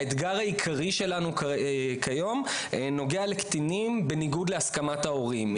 האתגר העיקרי שלנו כיום נוגע בקטינים בניגוד להסכמת ההורים.